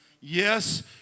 Yes